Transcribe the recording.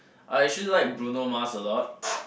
I actually like Bruno-Mars a lot